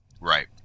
Right